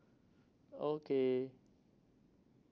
okay